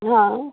हा